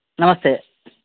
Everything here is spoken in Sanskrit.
नमस्ते